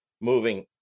moving